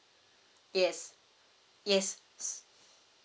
yes yes yes